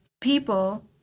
people